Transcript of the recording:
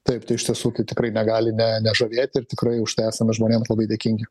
taip tai iš tiesų tai tikrai negali nežavėti ir tikrai už tai esame žmonėms labai dėkingi